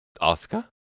Oscar